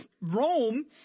Rome